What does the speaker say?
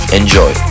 enjoy